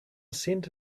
cent